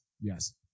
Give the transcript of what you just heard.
Yes